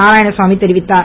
நாராயணசாமி தெரிவித்தார்